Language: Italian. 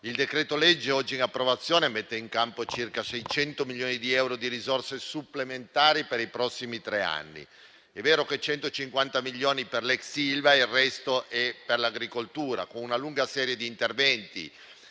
Il decreto-legge oggi in approvazione mette in campo circa 600 milioni di euro di risorse supplementari per i prossimi tre anni, 150 milioni per l'ex Ilva e il resto per l'agricoltura, con una lunga serie di interventi